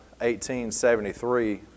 1873